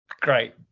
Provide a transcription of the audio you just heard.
great